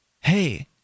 Hey